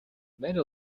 many